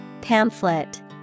Pamphlet